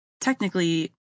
technically